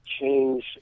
Change